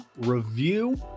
review